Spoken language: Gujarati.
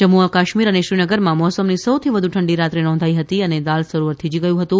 જમ્મુ કાશ્મીર અને શ્રીનગરમાં મોસમની સૌથી વધુ ઠંડી રાત્રે નોંધાઈ હતી અને દાલ સરોવર થીજી ગયું હતું